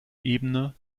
ebene